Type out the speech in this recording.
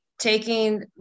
Taking